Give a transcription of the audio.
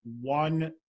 one